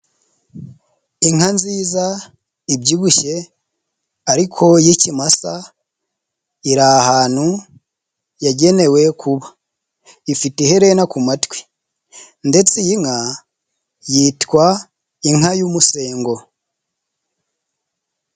Inka nziza ibyibushye ariko y'ikimasa iri ahantu yagenewe kuba, ifite iherena ku matwi ndetse iyi nka yitwa inka y'umusengo.